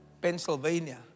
Pennsylvania